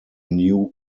new